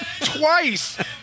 twice